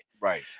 Right